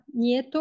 Nieto